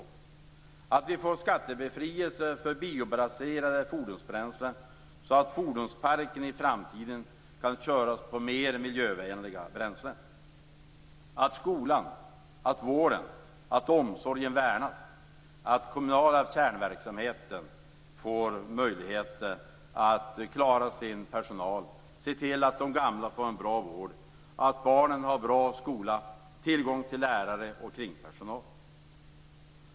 Det är också bra att vi får skattebefrielse för biobaserade fordonsbränslen, så att fordonsparken i framtiden kan köras på mer miljövänliga bränslen. Det är bra att skolan, vården och omsorgen värnas och att den kommunala kärnverksamheten får möjligheter att klara sin personal, att man ser till att de gamla får en bra vård och att barnen har en bra skola med tillgång till lärare och kringpersonal.